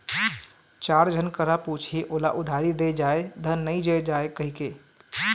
चार झन करा पुछही ओला उधारी दे जाय धन नइ दे जाय कहिके